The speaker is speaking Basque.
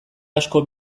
asko